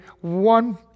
one